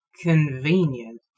Convenient